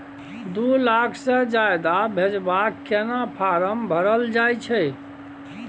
दू लाख से ज्यादा भेजबाक केना फारम भरल जाए छै?